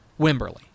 Wimberley